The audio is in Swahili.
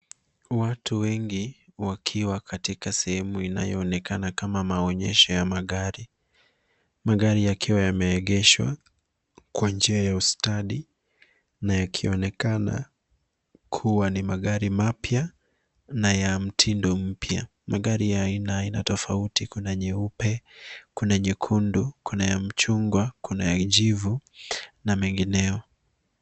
Watu wengi wakiwa katika sehemu inayoonekana kama maonyesho ya magari, magari yakiwa yameegeshwa kwa njia ya ustadi na yakionekana kuwa ni magari mapya na ya mtindo mpya. Magari ya aina tofauti kuna nyeupe ,kuna nyekundu ,kuna ya mchungwa ,kuna ya jivu na megineyo .